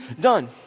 done